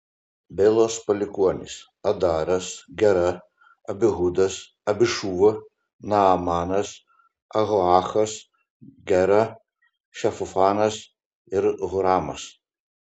belos palikuonys adaras gera abihudas abišūva naamanas ahoachas gera šefufanas ir huramas